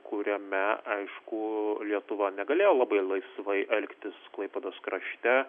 kuriame aišku lietuva negalėjo labai laisvai elgtis klaipėdos krašte